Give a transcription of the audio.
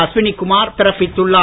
அஸ்வினி குமார் பிறப்பித்துள்ளார்